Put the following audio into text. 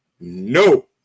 No